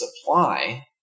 supply